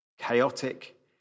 Chaotic